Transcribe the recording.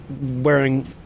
wearing